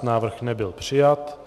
Návrh nebyl přijat.